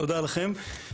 תודה לכם.